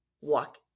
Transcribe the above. walk